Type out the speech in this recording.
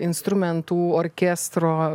instrumentų orkestro